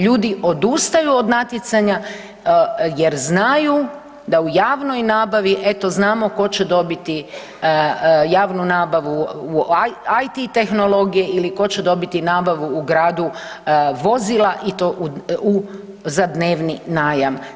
Ljudi odustaju od natjecanja jer znaju da u javnoj nabavi eto znamo tko će dobiti javnu nabavu IT tehnologije ili ko će dobiti nabavu u gradu vozila i do za dnevni najam.